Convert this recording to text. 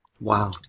Wow